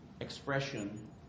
expression